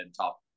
top